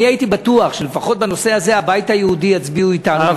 אני הייתי בטוח שלפחות בנושא הזה הבית היהודי יצביעו אתנו,